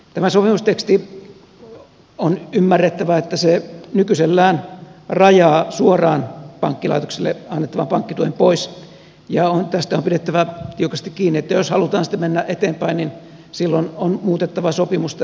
tämä sopimusteksti on ymmärrettävä niin että se nykyisellään rajaa suoraan pankkilaitokselle annettavan pankkituen pois ja tästä on pidettävä tiukasti kiinni että jos halutaan sitten mennä eteenpäin niin silloin on muutettava sopimusta